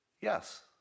Yes